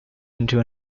into